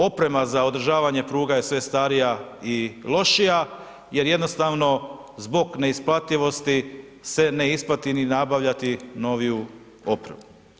Oprema za održavanje pruga je sve starija i lošija jer jednostavno zbog neisplativosti se ne isplati ni nabavljati noviju opremu.